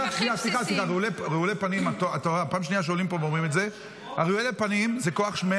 רגע, רגע, שנייה, את פוגעת בחיילי צה"ל.